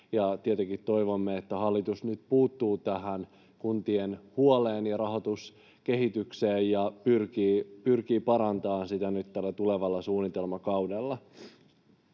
Tietenkin toivomme, että hallitus nyt puuttuu tähän kuntien huoleen ja rahoituskehitykseen ja pyrkii parantamaan sitä nyt tällä tulevalla suunnitelmakaudella.